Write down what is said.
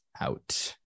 out